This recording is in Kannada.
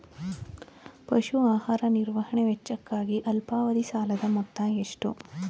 ಪಶು ಆಹಾರ ನಿರ್ವಹಣೆ ವೆಚ್ಚಕ್ಕಾಗಿ ಅಲ್ಪಾವಧಿ ಸಾಲದ ಮೊತ್ತ ಎಷ್ಟು?